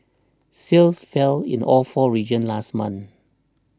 sales fell in all four regions last month